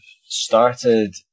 started